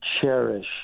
cherish